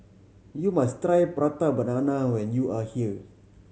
you must try Prata Banana when you are here